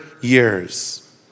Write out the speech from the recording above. years